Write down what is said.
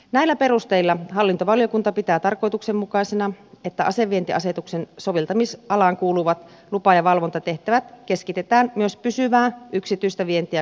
näillä perusteilla hallintovaliokunta pitää tarkoituksenmukaisena että asevientiasetuksen soveltamisalaan kuuluvat lupa ja valvontatehtävät keskitetään myös pysyvää yksityistä vientiä koskevilta osin poliisihallitukseen